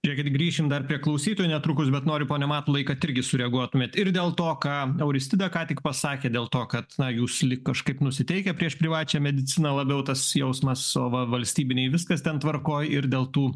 žiūrėkit grįšim dar prie klausytojų netrukus bet noriu pone matulai kad irgi sureaguotumėt ir dėl to ką auristida ką tik pasakė dėl to kad na jūs lyg kažkaip nusiteikę prieš privačią mediciną labiau tas jausmas o va valstybinėj viskas ten tvarkoj ir dėl tų